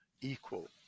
equal